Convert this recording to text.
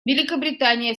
великобритания